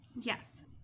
Yes